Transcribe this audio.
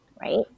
right